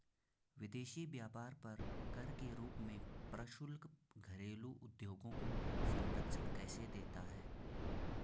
विदेशी व्यापार पर कर के रूप में प्रशुल्क घरेलू उद्योगों को संरक्षण कैसे देता है?